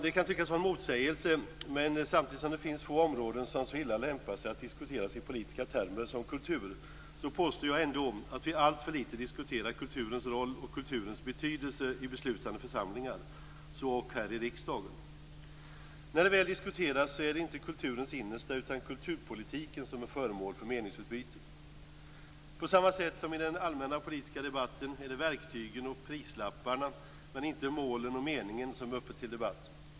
Det kan tyckas vara en motsägelse, men samtidigt som det finns få områden som så illa lämpar sig att diskutera i politiska termer som kultur påstår jag ändå att vi alltför litet diskuterar kulturens roll och kulturens betydelse i beslutande församlingar, så ock här i riksdagen. När den väl diskuteras är det inte kulturens innersta utan kulturpolitiken som är föremål för meningsutbyte. På samma sätt som i den allmänna politiska debatten är det verktygen och prislapparna, inte målen och meningen, som är uppe till debatt.